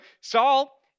Saul